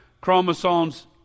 chromosomes